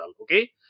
Okay